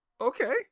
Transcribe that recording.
Okay